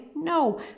No